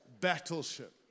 battleship